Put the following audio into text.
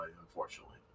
unfortunately